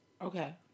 Okay